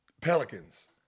Pelicans